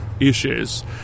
issues